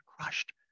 crushed